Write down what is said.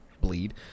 bleed